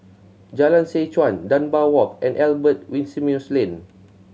Jalan Seh Chuan Dunbar Walk and Albert Winsemius Lane